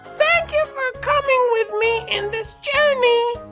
thank you for coming with me in this journey!